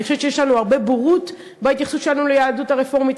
אני חושבת שיש לנו הרבה בורות בהתייחסות שלנו ליהדות הרפורמית.